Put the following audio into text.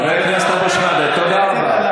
תודה.